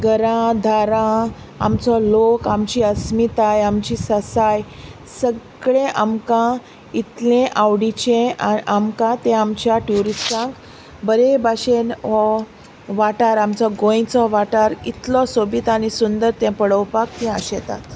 घरां दारां आमचो लोक आमची अस्मिताय आमची सासाय सगळें आमकां इतलें आवडीचें आ आमकां तें आमच्या ट्युरिस्टांक बरें भाशेन हो वाठार आमचो गोंयचो वाठार इतलो सोबीत आनी सुंदर तें पळोवपाक तीं आशेतात